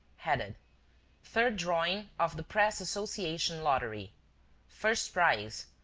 headed third drawing of the press-association lottery first prize,